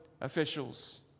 officials